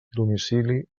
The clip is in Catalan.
domicili